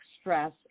stress